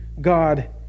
God